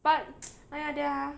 but !aiya! their